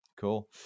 cool